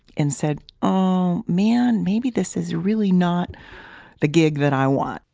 and said, oh man, maybe this is really not the gig that i want.